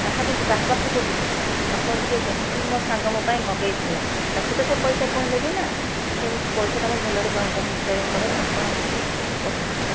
କାହାକୁ କାହା ପାଖକୁ ଯିବି ଆପଣ ଟିକିଏ କୁହନ୍ତୁ ମୋ ସାଙ୍ଗ ମୋ ପାଇଁ ମଗେଇଥିଲା ତାକୁ ତ ସେ ପଇସା ପୁଣି ଦେବି ନା କେମିତି ପଇସାଟା ମୋ ଭଲରେ ପହଞ୍ଚି ପାରିବ ମୋ ପାଖରେ ଆପଣ ଟିକିଏ କହିଦିଅନ୍ତୁ